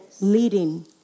leading